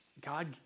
God